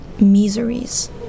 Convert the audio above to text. miseries